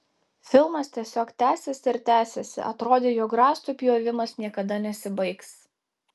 filmas tiesiog tęsėsi ir tęsėsi atrodė jog rąstų pjovimas niekada nesibaigs